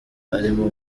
arimo